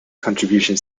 contribution